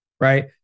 right